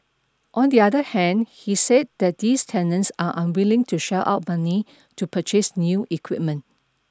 on the other hand he said that these tenants are unwilling to shell out money to purchase new equipment